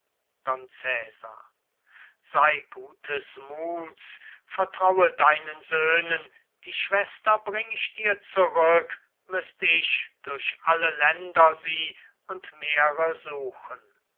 sei guten muths vertraue deinen söhnen die schwester bring ich dir zurück müßt ich durch alle länder sie und meere suchen